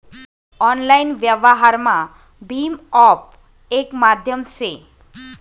online व्यवहारमा भीम app येक माध्यम से